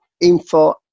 Info